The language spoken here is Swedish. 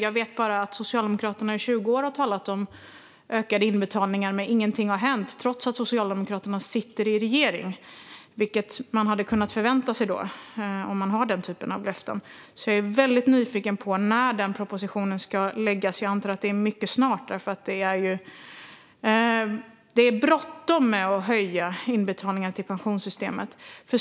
Jag vet bara att Socialdemokraterna i 20 år har talat om ökade inbetalningar. Dock har ingenting hänt trots att Socialdemokraterna sitter i regering, vilket man hade kunnat förvänta sig om det ges den typen av löften. Jag är väldigt nyfiken på när denna proposition ska läggas fram. Jag antar att det blir mycket snart, för det är bråttom med att höja inbetalningarna till pensionssystemet.